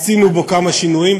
עשינו בו כמה שינויים,